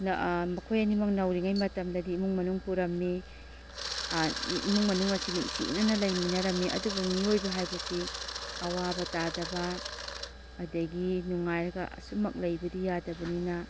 ꯃꯈꯣꯏ ꯑꯅꯤꯃꯛ ꯅꯧꯔꯤꯉꯩ ꯃꯇꯝꯗꯗꯤ ꯏꯃꯨꯡ ꯃꯅꯨꯡ ꯄꯨꯔꯝꯏ ꯏꯃꯨꯡ ꯃꯅꯨꯡ ꯑꯁꯤ ꯅꯨꯡꯁꯤꯅꯅ ꯂꯩꯃꯤꯟꯅꯔꯝꯏ ꯑꯗꯨꯕꯨ ꯃꯤꯑꯣꯏꯕ ꯍꯥꯏꯕꯁꯤ ꯑꯋꯥꯕ ꯇꯥꯗꯕ ꯑꯗꯒꯤ ꯅꯨꯡꯉꯥꯏꯔꯒ ꯑꯁꯨꯝꯃꯛ ꯂꯩꯕꯗꯤ ꯌꯥꯗꯕꯅꯤꯅ